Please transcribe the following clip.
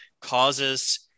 causes